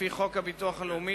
לפי חוק הביטוח הלאומי,